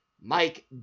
Mike